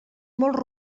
molt